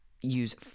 use